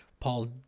Paul